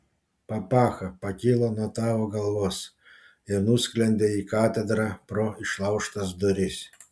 papacha pakilo nuo tavo galvos ir nusklendė į katedrą pro išlaužtas duris